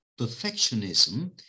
perfectionism